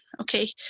okay